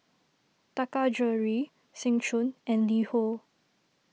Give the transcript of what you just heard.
Taka Jewelry Seng Choon and LiHo